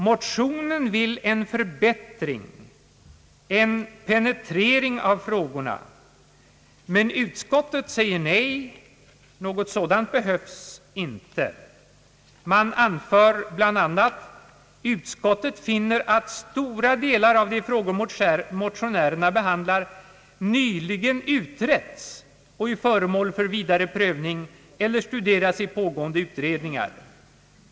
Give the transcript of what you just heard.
Motionärerna önskar en förbättring, en penetrering av frågorna, men utskottet säger nej, ty någon sådan behövs inte enligt utskottets mening. Utskottet finner bl.a. att stora delar av de frågor motionärerna tagit upp nyligen utretts och är föremål för vidare prövning eller studeras av pågående utredningar.